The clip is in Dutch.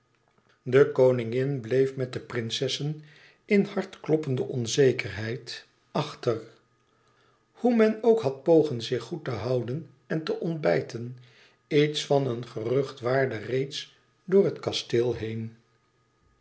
de koningin bleef met de prinsessen in hartkloppende onzekerheid achter hoe men ook had pogen zich goed te houden en te ontbijten iets van een gerucht waarde reeds door het kasteel heen